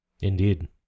Indeed